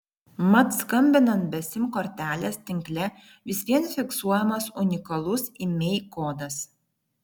mat skambinant be sim kortelės tinkle vis vien fiksuojamas unikalus imei kodas